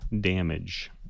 damage